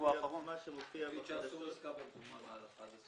מה שמופיע בחדשות.